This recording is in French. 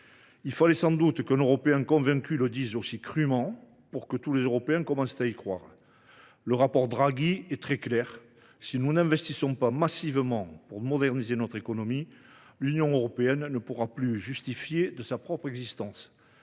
Il fallait sans doute qu’un Européen convaincu le dise aussi crûment pour que tous les Européens commencent à y croire. En effet, le rapport Draghi est très clair : si nous n’investissons pas massivement pour moderniser notre économie, l’Union européenne ne pourra plus justifier sa propre existence.